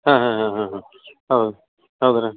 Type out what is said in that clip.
ಹಾಂ ಹಾಂ ಹಾಂ ಹಾಂ ಹಾಂ ಹೌದು ಹೌದಾ